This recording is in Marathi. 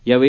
यावेळी